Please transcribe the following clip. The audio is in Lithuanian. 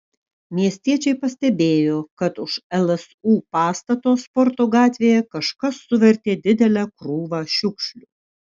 miestiečiai pastebėjo kad už lsu pastato sporto gatvėje kažkas suvertė didelę krūvą šiukšlių